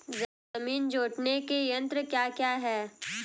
जमीन जोतने के यंत्र क्या क्या हैं?